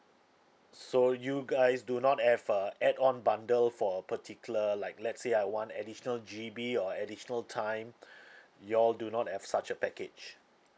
so you guys do not have a add on bundle for a particular like let's say I want additional G_B or additional time you all do not have such a package